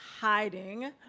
hiding